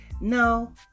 No